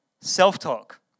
self-talk